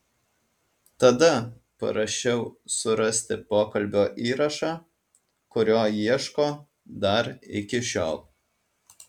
tada parašiau surasti pokalbio įrašą kurio ieško dar iki šiol